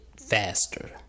Faster